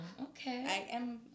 Okay